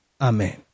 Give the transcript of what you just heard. amen